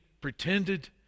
pretended